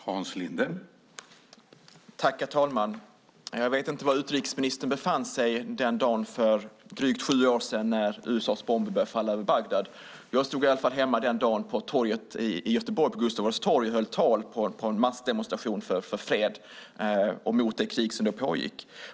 Herr talman! Jag vet inte var utrikesministern befann sig den dagen för drygt sju år sedan när USA:s bomber började falla över Bagdad. Jag stod den dagen på Gustaf Adolfs torg hemma i Göteborg och höll tal vid en demonstration för fred och mot det krig som då pågick.